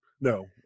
No